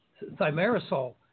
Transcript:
thimerosal